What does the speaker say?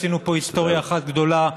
עשינו פה היסטוריה אחת גדולה.